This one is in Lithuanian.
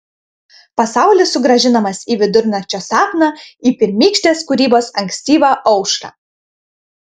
pasaulis sugrąžinamas į vidurnakčio sapną į pirmykštės kūrybos ankstyvą aušrą